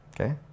Okay